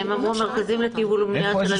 ב-(11) הם אמרו: מרכזים לטיפול ומניעה של אלימות.